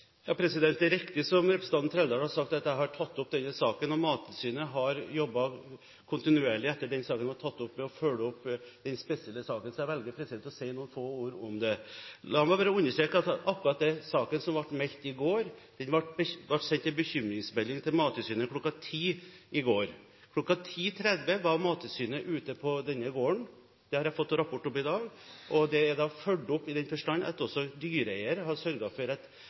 Det er riktig som representanten Trældal har sagt, at jeg har tatt opp denne saken. Mattilsynet har jobbet kontinuerlig – etter at dette ble tatt opp – med å følge opp den spesielle saken, så jeg velger å si noen få ord om det. La meg bare understreke i forbindelse med akkurat den saken som ble meldt i går: Det ble sendt en bekymringsmelding til Mattilsynet kl. 10.00 i går. Kl. 10.30 var Mattilsynet ute på denne gården – det har jeg fått rapport om i dag – og det er fulgt opp i den forstand at også dyreeier har sørget for